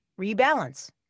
rebalance